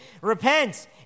repent